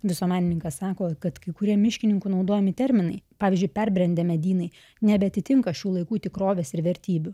visuomenininkas sako kad kai kurie miškininkų naudojami terminai pavyzdžiui perbrendę medynai nebeatitinka šių laikų tikrovės ir vertybių